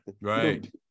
Right